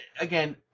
Again